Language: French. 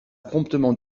promptement